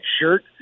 shirt